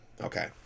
okay